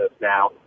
now